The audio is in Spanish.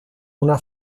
una